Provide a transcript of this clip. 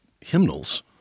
hymnals